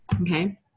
Okay